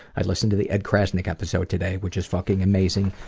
i listened to the ed krasnick episode today which is fucking amazing,